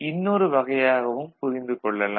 இன்னொரு வகையாகவும் புரிந்து கொள்ளலாம்